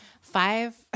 Five